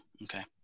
Okay